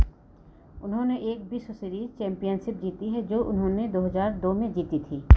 उन्होंने एक विश्व सीरीज़ चैंपियनशिप जीती है जो उन्होंने दो हज़ार दो में जीती थी